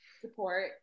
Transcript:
support